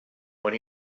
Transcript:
when